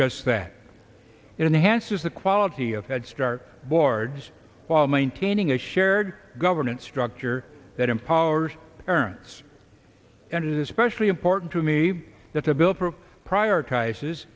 just that enhanced as the quality of head start boards while maintaining a shared governance structure that empowers parents and especially important to me that a bill for prioritize